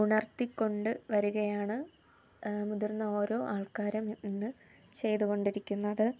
ഉണർത്തിക്കൊണ്ട് വരുകയാണ് മുതിർന്ന ഓരോ ആൾക്കാരും ഇന്ന് ചെയ്തുകൊണ്ടിരിക്കുന്നത്